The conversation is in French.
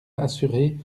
assuré